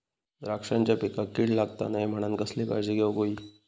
द्राक्षांच्या पिकांक कीड लागता नये म्हणान कसली काळजी घेऊक होई?